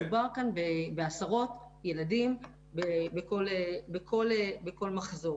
מדובר כאן בעשרות ילדים בכל מחזור.